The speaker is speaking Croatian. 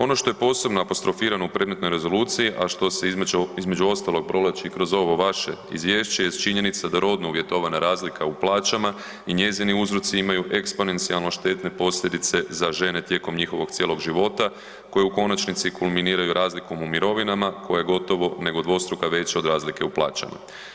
Ono što je posebno apostrofirano u predmetnoj rezoluciji, a što se između, između ostalog provlači kroz ovo vaše izvješće jest činjenica da rodno uvjetovana razlika u plaćama i njezini uzroci imaju eksponencijalno štetne posljedice za žene tijekom njihovog cijelog života koje u konačnici kulminiraju razlikom u mirovinama koja je gotovo nego dvostruko veća nego razlike u plaćama.